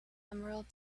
emerald